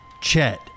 Chet